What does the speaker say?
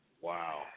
Wow